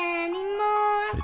anymore